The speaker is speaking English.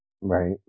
Right